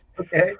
Okay